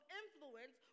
influence